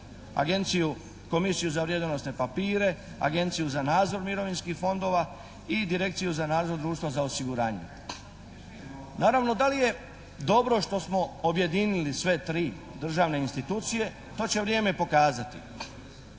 agenciju, Komisiju za vrijednosne papire, Agenciju za nadzor mirovinskih fondova i Direkciju za nadzor društva za osiguranje. Naravno, da li je dobro što smo objedinili sve tri državne institucije, to će vrijeme pokazati.